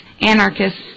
anarchists